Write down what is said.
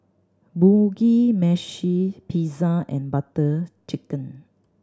Mugi Meshi Pizza and Butter Chicken